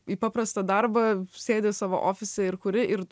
į paprastą darbą sėdi savo ofise ir kuri ir